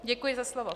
Děkuji za slovo.